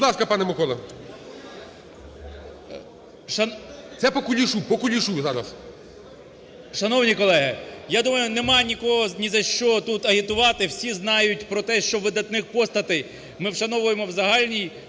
Будь ласка, пане Миколо. Це по Кулішу, по Кулішу зараз. 17:48:15 КНЯЖИЦЬКИЙ М.Л. Шановні колеги, я думаю, нема нікого ні за що тут агітувати. Всі знають про те, що видатних постатей ми вшановуємо в загальній